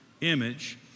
image